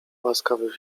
łaskawy